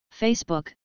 Facebook